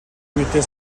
мэдээ